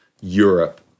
Europe